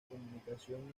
comunicación